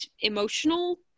emotional